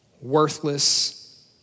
worthless